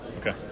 Okay